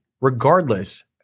Regardless